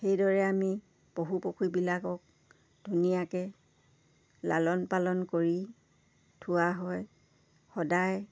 সেইদৰে আমি পশু পশুবিলাকক ধুনীয়াকৈ লালন পালন কৰি থোৱা হয় সদায়